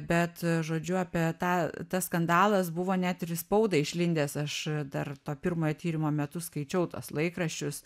bet žodžiu apie tą tas skandalas buvo net ir į spaudą išlindęs aš dar to pirmojo tyrimo metu skaičiau tuos laikraščius